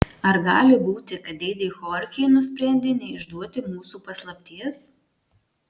ar gali būti kad dėdė chorchė nusprendė neišduoti mūsų paslapties